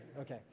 Okay